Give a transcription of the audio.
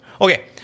Okay